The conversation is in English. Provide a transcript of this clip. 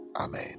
Amen